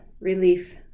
Relief